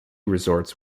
resorts